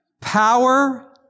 Power